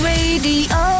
Radio